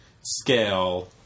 scale